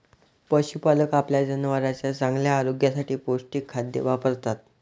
पशुपालक आपल्या जनावरांच्या चांगल्या आरोग्यासाठी पौष्टिक खाद्य वापरतात